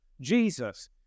Jesus